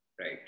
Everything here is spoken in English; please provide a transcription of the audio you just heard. right